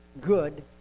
good